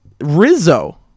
Rizzo